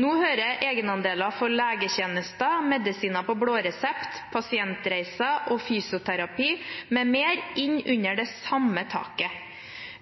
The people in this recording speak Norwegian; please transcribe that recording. Nå hører egenandeler for legetjenester, medisiner på blå resept, pasientreiser og fysioterapi m.m. inn under det samme taket.